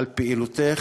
על פעילותך,